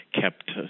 kept